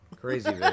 Crazy